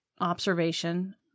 observation